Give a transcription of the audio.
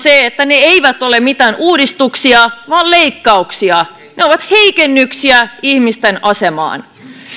että ne eivät ole mitään uudistuksia vaan leikkauksia ne ovat heikennyksiä ihmisten asemaan